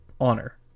honor